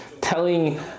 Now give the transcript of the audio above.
telling